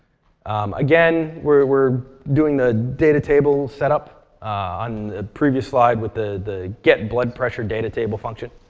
again, we're doing the data table set up on the previous slide, with the get blood pressure data table function.